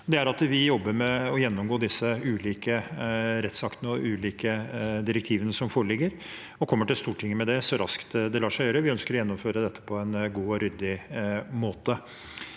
å gjennomgå de ulike rettsaktene og ulike direktivene som foreligger, og kommer til Stortinget med det så raskt det lar seg gjøre. Vi ønsker å gjennomføre dette på en god og ryddig måte.